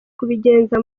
kubigeza